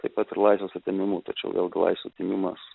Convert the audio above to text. taip pat ir laisvės atėmimu tačiau vėlgi laisvės atėmimas